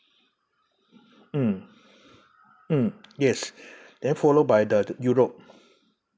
mm mm yes then followed by the europe